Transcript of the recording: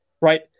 right